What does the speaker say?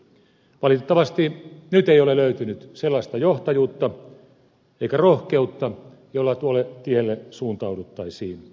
valitettavasti nyt ei ole löytynyt sellaista johtajuutta eikä rohkeutta jolla tuolle tielle suuntauduttaisiin